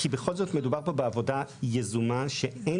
כי בכל זאת מדובר פה בעבודה יזומה שאין